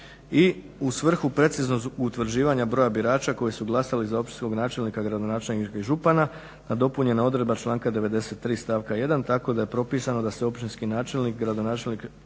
I u svrhu preciznog utvrđivanja broja birača koji su glasali za općinskog načelnika, gradonačelnika i župana nadopunjena je odredba članka 93. stavka 1. tako da je propisano da se općinski načelnik, gradonačelnik,